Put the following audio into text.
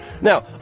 Now